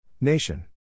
Nation